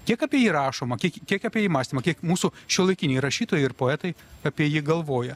kiek apie jį rašoma kiek kiek apie jį mąstoma kiek mūsų šiuolaikiniai rašytojai ir poetai apie jį galvoja